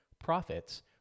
profits